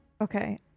Okay